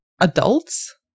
adults